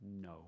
no